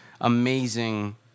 amazing